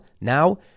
Now